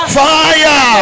fire